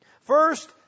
First